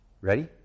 Ready